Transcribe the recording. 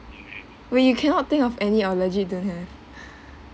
wait you cannot think of any or legit don't have